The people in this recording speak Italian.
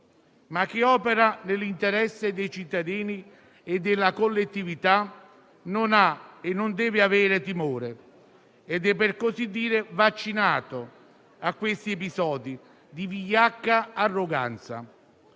Ma chi opera nell'interesse dei cittadini e della collettività non ha e non deve avere timore ed è per così dire vaccinato rispetto a episodi di vigliacca arroganza.